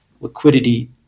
liquidity